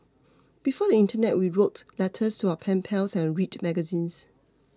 before the internet we wrote letters to our pen pals and read magazines